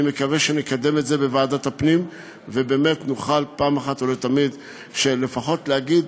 אני מקווה שנקדם את זה בוועדת הפנים ובאמת נוכל אחת ולתמיד לפחות להגיד: